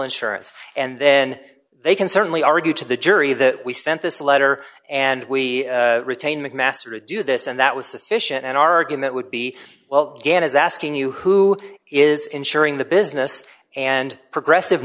insurance and then they can certainly argue to the jury that we sent this letter and we retain macmaster to do this and that was sufficient an argument would be well again as asking you who is ensuring the business and progressive